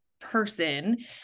person